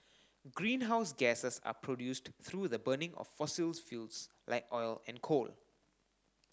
greenhouses gases are produced through the burning of fossil fuels like oil and coal